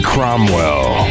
Cromwell